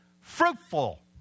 Fruitful